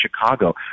Chicago